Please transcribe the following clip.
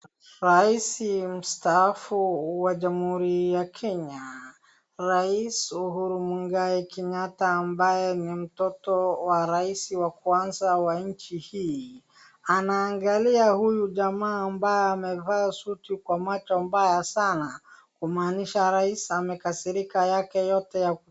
Rais mstaafu wa jamhuri ya Kenya rais Uuru Muigai Kenyatta ambaye ni mtoto wa rais wa kwanza wa inchi hii Anaangalia huyu jamaa ambaye amevaa suti kwa macho mbaya sana kumaanisha rais amekasirika yake yote.